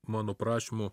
mano prašymu